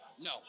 No